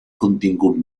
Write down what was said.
contingut